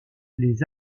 les